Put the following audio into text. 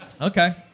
Okay